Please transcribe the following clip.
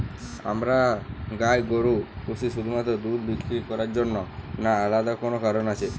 আমরা গাই গরু পুষি শুধুমাত্র দুধ বিক্রি করার জন্য না আলাদা কোনো কারণ আছে?